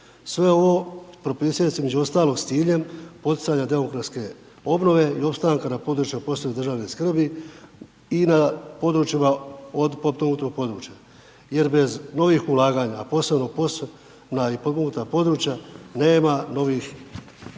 Sve ovo propisuje se između ostalog s ciljem poticanjem demografske obnove i opstanka na području posebne državne skrbi i na područjima od potpomognutih područja. Jer bez novih ulaganja a posebno POS i potpomognuta područja, nema novih